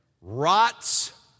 rots